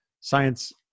science